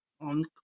on